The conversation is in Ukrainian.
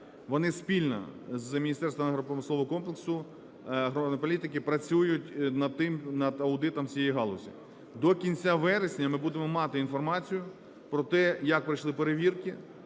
Вони спільно з Міністерством агропромислового комплексу, аграрної політики працюють над аудитом цієї галузі. До кінця вересня ми будемо мати інформацію про те, як пройшли перевірки.